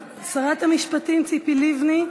שרת המשפטים ציפי לבני.